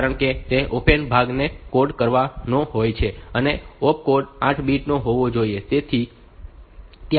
કારણ કે તે ઓપકોડ ભાગને કોડેડ કરવાનો હોય છે અને ઓપકોડ 8 બીટ હોવો જોઈએ